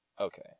Okay